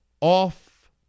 off